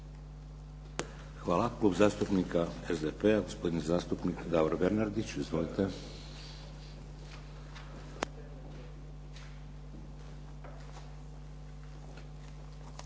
Hvala. Klub zastupnika SDP-a gospodin zastupnik Davor Bernardić. Izvolite.